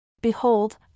Behold